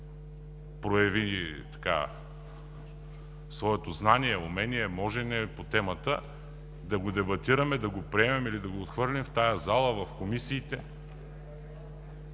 прояви своето знание, умение, можене по темата, да го дебатираме, да го приемем или да го отхвърлим в залата, в комисиите.